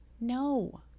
no